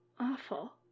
Awful